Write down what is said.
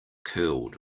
curled